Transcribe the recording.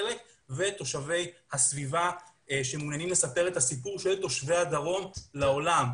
חלק ותושבי הסביבה שמעוניינים לספר את הסיפור של תושבי הדרום לעולם.